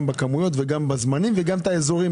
גם בכמויות וגם בזמנים וגם את האזורים,